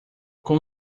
com